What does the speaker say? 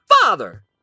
father